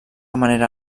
manera